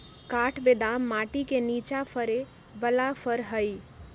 काठ बेदाम माटि के निचा फ़रे बला फ़र हइ